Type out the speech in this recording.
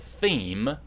theme